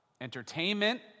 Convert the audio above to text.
entertainment